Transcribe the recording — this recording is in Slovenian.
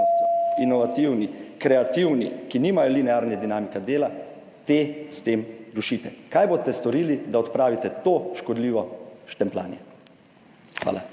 inovativni, kreativni, ki nimajo linearne dinamike dela. Te s tem rušite. Zanima me: Kaj boste storili, da odpravite to škodljivo štempljanje? Hvala.